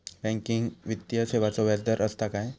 Banking वित्तीय सेवाचो व्याजदर असता काय?